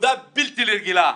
עבודה בלתי-רגילה,